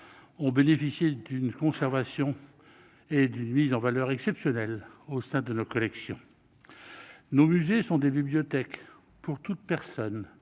ont bénéficié d'une conservation et d'une mise en valeur exceptionnelle au sein de nos collections. Nos musées sont des bibliothèques pour toute personne